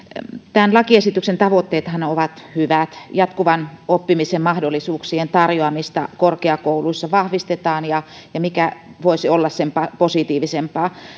tämän lakiesityksen tavoitteethan ovat hyvät jatkuvan oppimisen mahdollisuuksien tarjoamista korkeakouluissa vahvistetaan ja mikä voisi olla sen positiivisempaa